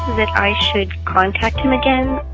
that i should contact him again.